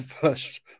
First